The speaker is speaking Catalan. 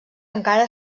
encara